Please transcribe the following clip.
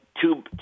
two